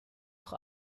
auch